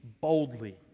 boldly